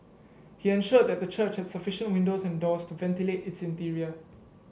he ensured that the church had sufficient windows and doors to ventilate its interior